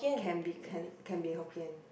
can be can can be hokkien